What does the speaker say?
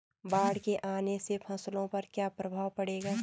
बाढ़ के आने से फसलों पर क्या प्रभाव पड़ेगा?